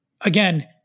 Again